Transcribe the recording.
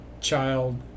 child